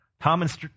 Thomas